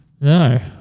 No